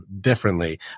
differently